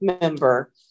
member